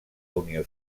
unió